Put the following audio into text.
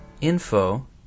info